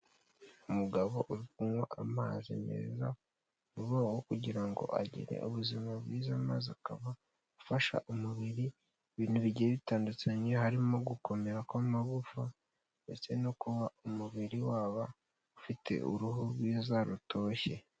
Umugabo uri kunywa amazi meza mu kugira ngo agire ubuzima bwiza. Amazi akaba afasha umubiri ibintu bigiye bitandukanye harimo gukomera kw'amagufa ndetse no kuba umubiri waba ufite uruhu rwiza rutoshye.